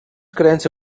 creença